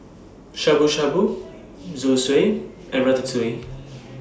Shabu Shabu Zosui and Ratatouille